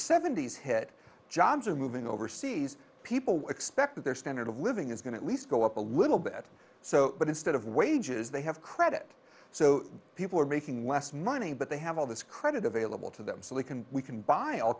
seventy's head jobs are moving overseas people expect that their standard of living is going to at least go up a little bit so but instead of wages they have credit so people are making less money but they have all this credit available to them so they can we can buy all